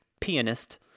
Pianist